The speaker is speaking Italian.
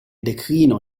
declino